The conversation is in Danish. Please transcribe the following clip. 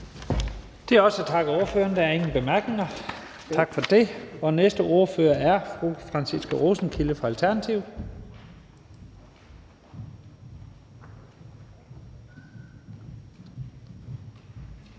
Det er os, der takker ordføreren. Der er ingen korte bemærkninger. Tak for det. Den næste ordfører er fru Franciska Rosenkilde fra Alternativet.